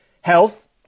Health